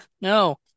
no